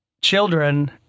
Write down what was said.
children